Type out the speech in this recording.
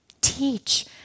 teach